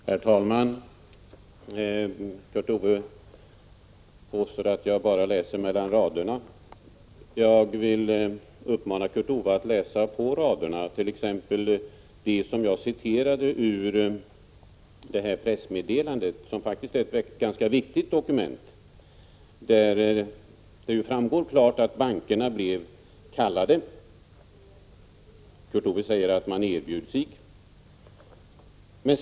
Herr talman! Kurt Ove Johansson påstår att jag bara läser mellan raderna. Jag vill uppmana Kurt Ove Johansson att läsa det som står på raderna, t.ex. det jag citerade ur detta pressmeddelande som faktiskt är ett ganska viktigt dokument. Där framgår det klart att bankerna blev kallade - Kurt Ove Johansson säger att de erbjudit sig.